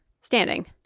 standing